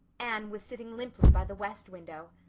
anne was sitting limply by the west window.